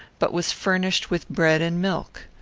but was furnished with bread and milk.